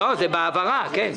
זה בהעברה, כן.